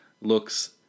looks